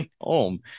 home